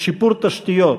בשיפור תשתיות,